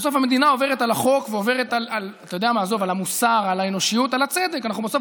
בסוף, המדינה עוברת על החוק ועוברת, אתה יודע מה?